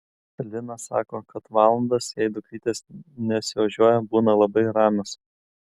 lina sako kad valandos jei dukrytės nesiožiuoja būna labai ramios